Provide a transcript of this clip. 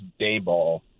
Dayball